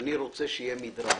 אני רוצה שיהיה מדרג,